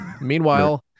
Meanwhile